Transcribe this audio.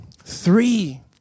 Three